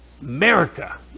America